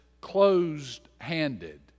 closed-handed